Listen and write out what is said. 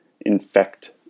infect